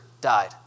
died